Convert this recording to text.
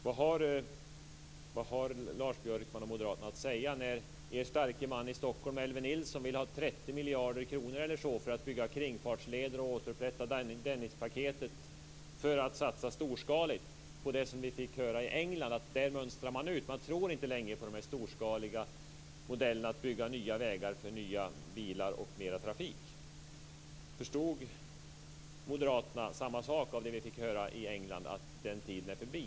Vad har Lars Björkman och moderaterna att säga när er starke man i Stockholm, Elver Nilsson, vill ha 30 miljarder kronor för att bygga kringfartsleder och återupprätta Dennispaketet för att satsa storskaligt? Vi fick ju höra att man i England inte längre tror på de storskaliga modellerna att bygga nya vägar för nya bilar och mer trafik. Förstod moderaterna samma sak som vi av det som framkom i England, dvs. att den tiden är förbi?